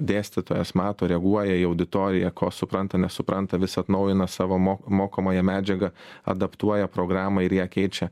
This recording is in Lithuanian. dėstytojas mato reaguoja į auditoriją ko supranta nesupranta vis atnaujina savo mo mokomąją medžiagą adaptuoja programą ir ją keičia